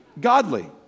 godly